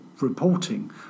reporting